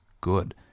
good